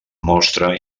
mostra